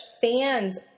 fans